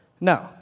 No